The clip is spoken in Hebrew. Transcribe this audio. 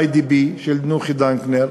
של "איי.די.בי" של נוחי דנקנר,